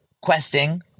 questing